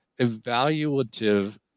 evaluative